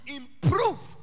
improve